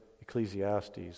Ecclesiastes